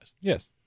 Yes